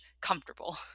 comfortable